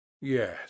yes